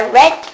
red